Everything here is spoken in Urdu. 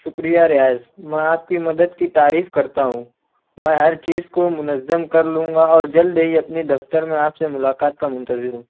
شکریہ ریاض میں آپ کی مدد کی تعریف کرتا ہوں میں ہر چیز کو منظم کرلوں گا اور جلد ہی اپنے دفتر میں آپ سے ملاقات کا منتظر ہوں